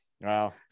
Wow